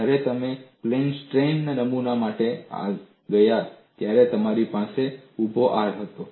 જ્યારે તમે પ્લેન તાણ નમૂના માટે ગયા હતા ત્યારે તમારી પાસે ઊભો R હતો